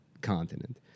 continent